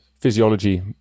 physiology